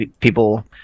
people